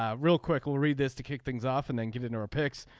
ah real quick i'll read this to kick things off and then given our picks.